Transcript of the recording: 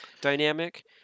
dynamic